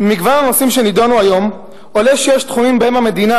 ממגוון הנושאים שנדונו היום עולה שיש תחומים שבהם המדינה